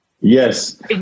Yes